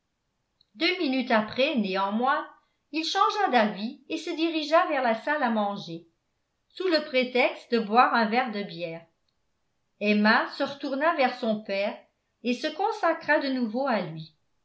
deux minutes après néanmoins il changea d'avis et se dirigea vers la salle à manger sous le prétexte de boire un verre de bière emma se retourna vers son père et se consacra de nouveau à lui